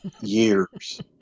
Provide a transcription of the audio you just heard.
years